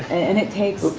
and it takes oops.